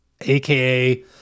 aka